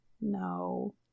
No